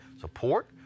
support